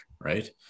right